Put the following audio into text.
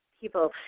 people